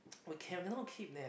we cannot cannot keep that